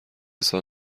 سال